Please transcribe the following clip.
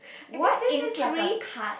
what intrigues